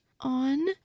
on